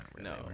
No